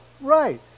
right